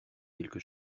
quelque